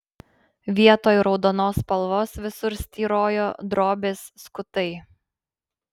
vietoj raudonos spalvos visur styrojo drobės skutai